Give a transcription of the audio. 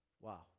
wow